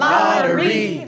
Lottery